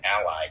ally